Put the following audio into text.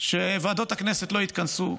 שוועדות הכנסת לא יתכנסו,